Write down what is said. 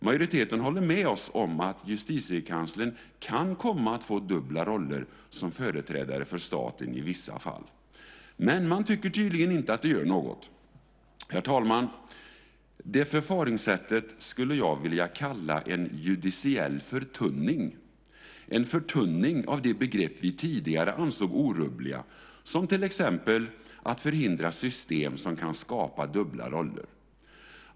Majoriteten håller med oss om att Justitiekanslern kan komma att få dubbla roller som företrädare för staten i vissa fall, men man tycker tydligen inte att det gör något. Herr talman! Det förfaringssättet skulle jag vilja kalla för en judiciell förtunning - en förtunning av de begrepp som vi tidigare ansåg orubbliga, till exempel att förhindra system som kan skapa dubbla roller.